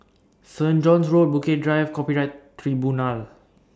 Saint John's Road Bukit Drive Copyright Tribunal